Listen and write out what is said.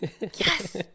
Yes